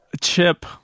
chip